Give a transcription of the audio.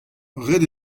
ret